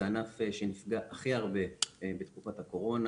זה הענף שנפגע הכי הרבה בתקופת הקורונה.